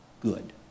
good